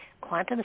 Quantum